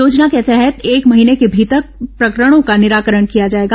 योजना के तहत एक महीने के भीतर प्रकरणों का निराकरण किया जाएगा